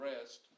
rest